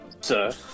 sir